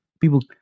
people